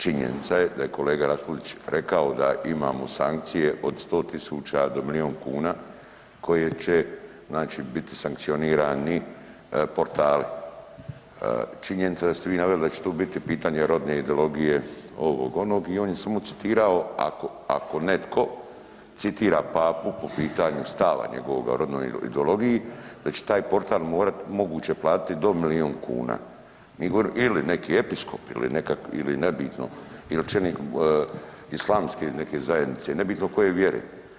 Činjenica je da je kolega RAspudić rekao da imamo sankcije od 100.000 do milijun kuna kojim će biti sankcionirani portali, činjenica je da ste vi naveli da će to biti pitanje rodne ideologije, ovog, onog i on je samo citirao ako netko citira Papu po pitanju stava njegovog o rodnoj ideologiji da će taj portal morati moguće platiti do milijun kuna ili neki episkop ili ne bitno ili čelnik islamske neke zajednice, nebitno koje mjere.